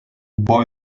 boy